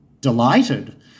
delighted